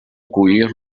acollir